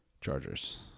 Chargers